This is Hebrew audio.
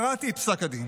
קראתי את פסק הדין.